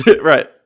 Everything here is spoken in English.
Right